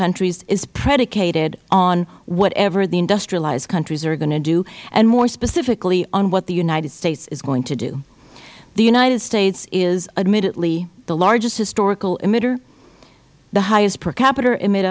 countries is predicated on whatever the industrialized countries are going to do and more specifically on what the united states is going to do the united states is admittedly the largest historical emitter the highest per capita